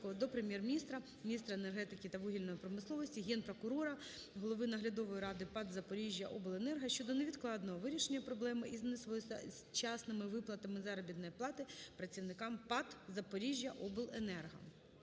до Прем'єр-міністра, міністра енергетики та вугільної промисловості, Генпрокурора, Голови Наглядової Ради ПАТ "Запоріжжяобленерго щодо невідкладного вирішення проблеми із несвоєчасними виплатами заробітної плати працівникам ПАТ "Запоріжжяобленерго".